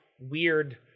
weird